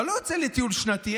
אתה לא יוצא לטיול שנתי,